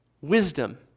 wisdom